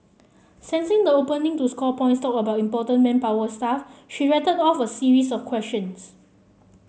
sensing the opening to score points talk about important manpower stuff she rattled off a series of questions